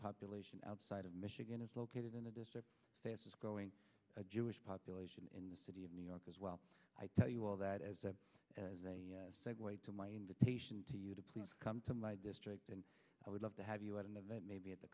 population outside of michigan is located in a district growing a jewish population in the city of new york as well i tell you all that as a as a segue to my invitation to you to please come to my district and i would love to have you at an event maybe at the